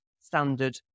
standard